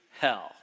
hell